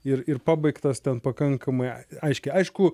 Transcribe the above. ir ir pabaigtas ten pakankamai aiškiai aišku